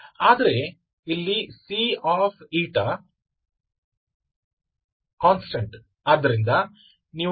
ಆದರೆ ಇಲ್ಲಿ C ಆದ್ದರಿಂದ ನೀವು I